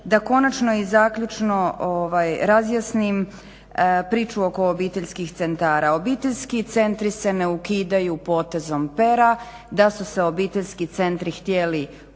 da konačno i zaključno razjasnim priču oko obiteljskih centara. Obiteljski centri se ne ukidaju potezom pera, da su se obiteljski centri htjeli ukinuti